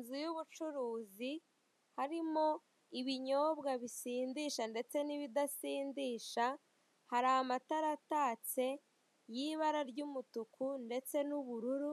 Izu y'ubucuruzi harimo ibinyobwa bisindisha ndetse n'ibidasindisha hari amatara atatse y'ibara ry'umutuku ndetse n'ubururu,